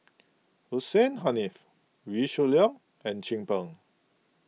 Hussein Haniff Wee Shoo Leong and Chin Peng